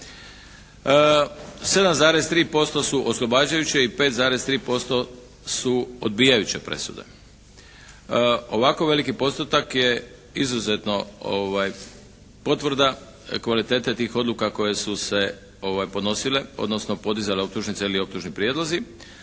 7,3% su oslobađajuće i 5,3% su odbijajuće presude. Ovako veliki postotak je izuzetno potvrda kvalitete tih odluka koje su se podnosile, odnosno podizale optužnice ili optužni prijedlozi,